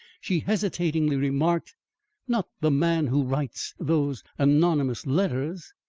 she hesitatingly remarked not the man who writes those anonymous letters?